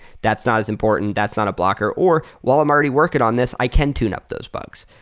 that's not as important. that's not a blocker. or while i'm already working on this, i can tune-up those bugs.